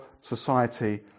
society